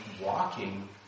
walking